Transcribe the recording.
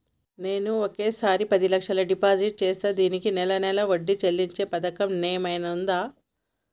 నేను ఒకేసారి పది లక్షలు డిపాజిట్ చేస్తా దీనికి నెల నెల వడ్డీ చెల్లించే పథకం ఏమైనుందా?